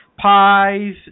pies